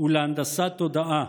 ולהנדסת תודעה,